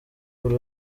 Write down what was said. buri